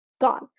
Gone